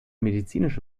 medizinische